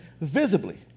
visibly